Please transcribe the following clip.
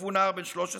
ותקפו נער בן 13